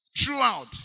Throughout